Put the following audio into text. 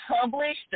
published